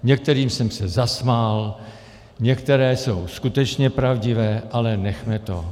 Některým jsem se zasmál, některé jsou skutečně pravdivé, ale nechme toho.